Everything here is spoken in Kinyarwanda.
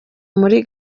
muri